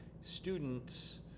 students